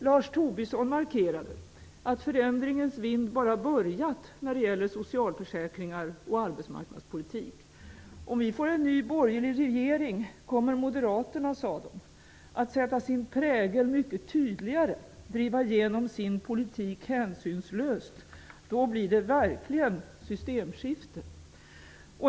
Lars Tobisson markerade att förändringens vind bara har börjat när det gäller socialförsäkringar och arbetsmarknadspolitik. Om vi får en ny borgerlig regering kommer Moderaterna, sade de, att sätta sin prägel mycket tydligare -- dvs. att hänsynslöst driva igenom den egna politiken. Då blir det verkligen systemskifte!